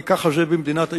כי ככה זה במדינת היהודים: